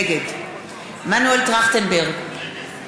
נגד מנואל טרכטנברג,